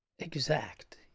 exact